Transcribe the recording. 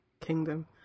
kingdom